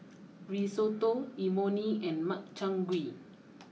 Risotto Imoni and Makchang Gui